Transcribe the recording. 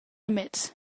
emits